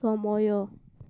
ସମୟ